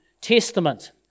Testament